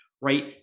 Right